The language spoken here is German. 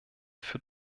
für